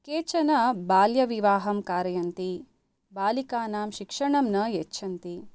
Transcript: केचन बाल्यविवाहं कारयन्ति बालिकानां शिक्षणं न यच्छन्ति